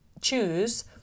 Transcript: choose